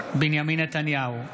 בנימין נתניהו,